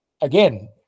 Again